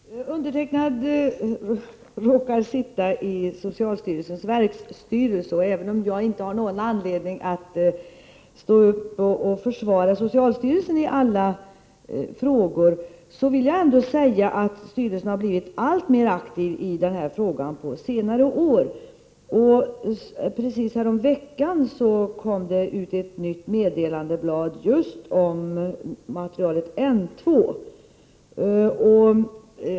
Fru talman! Undertecknad råkar sitta i socialstyrelsens verksstyrelse, och även om jag inte har någon anledning att stå upp och försvara socialstyrelsen i alla frågor, vill jag ändå säga att socialstyrelsen har blivit alltmer aktiv i den här frågan på senare år. Häromveckan kom ett nytt meddelandeblad just om materialet N 2.